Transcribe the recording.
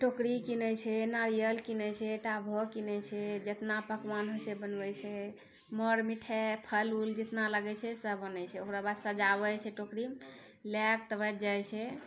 टोकरी किनै छै नारियल किनै छै टाभो किनै छै जेतना पकवान होइ छै बनबै छै मोर मिठै फल उल जेतना लगै छै सभ आनै छै ओकरा बाद सजाबै छै टोकरी लेकऽ तब जाइ छै